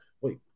Wait